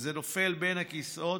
וזה נופל בין הכיסאות.